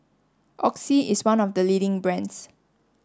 Oxy is one of the leading brands